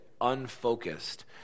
unfocused